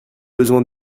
besoin